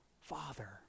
Father